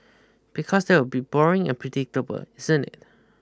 because that will be boring and predictable isn't it